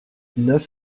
neuf